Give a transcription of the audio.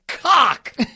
Cock